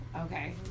okay